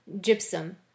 gypsum